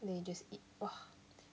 then you just eat !wah!